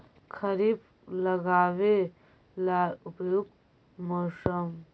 खरिफ लगाबे ला उपयुकत मौसम?